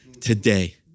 today